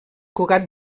cugat